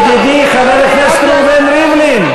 ידידי חבר הכנסת ראובן ריבלין.